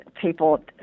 people